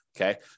Okay